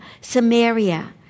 Samaria